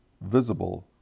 visible